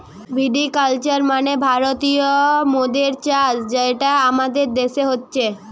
ভিটি culture মানে ভারতীয় মদের চাষ যেটা আমাদের দেশে হচ্ছে